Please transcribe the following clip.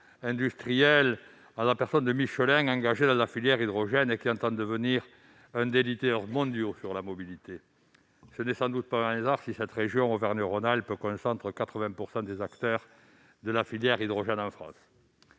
industriel, Michelin, qui est engagé dans la filière hydrogène et qui entend devenir l'un des leaders mondiaux de la mobilité. Ce n'est sans doute pas un hasard si la région Auvergne-Rhône-Alpes concentre 80 % des acteurs de la filière hydrogène en France.